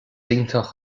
iontach